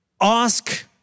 ask